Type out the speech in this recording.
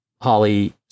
Holly